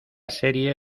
serie